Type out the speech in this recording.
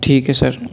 ٹھیک ہے سر